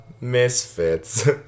misfits